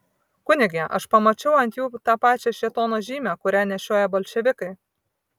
kunige aš pamačiau ant jų tą pačią šėtono žymę kurią nešioja bolševikai